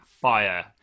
fire